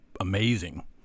amazing